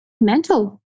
mental